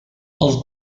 els